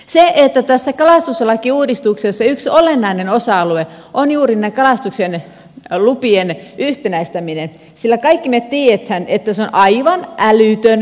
tässä kalastuslakiuudistuksessa yksi olennainen osa alue on juuri näiden kalastuksen lupien yhtenäistäminen sillä kaikki me tiedämme että se on aivan älytön viidakko